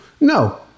No